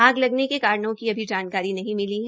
आग लगने के कारणों की अभी जानकारी नहीं मिली है